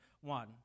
one